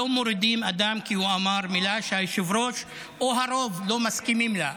לא מורידים אדם כי הוא אמר מילה שהיושב-ראש או הרוב לא מסכימים לה.